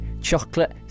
chocolate